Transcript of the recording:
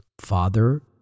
Father